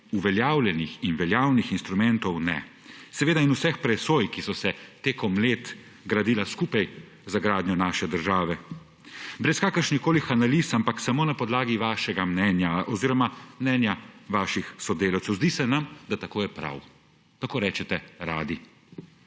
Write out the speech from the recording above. uveljavljenih in veljavnih inštrumentov ne, in seveda vseh presoj, ki so se tekom let gradile skupaj z gradnjo naše države. Brez kakršnihkoli analiz, ampak samo na podlagi vašega mnenja oziroma mnenja vaših sodelavcev, »zdi se nam, da je tako prav«, tako radi